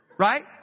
right